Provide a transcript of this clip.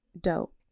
dope